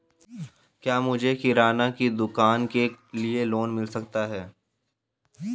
क्या मुझे किराना की दुकान के लिए लोंन मिल सकता है?